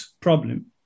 problem